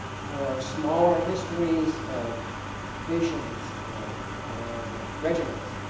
there are smaller histories of divisions of regiments